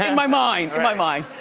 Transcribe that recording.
my mind, in my mind.